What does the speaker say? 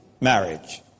marriage